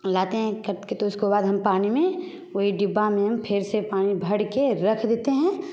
लाते हैं ख़रीद के तो उसको बाद हम पानी में वही डिब्बा में हम फिर से पानी भर के रख देते हैं